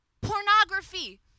Pornography